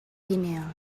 guinea